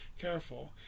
careful